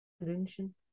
Wünschen